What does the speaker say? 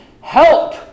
help